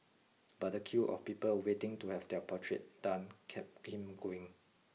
but the queue of people waiting to have their portrait done kept him going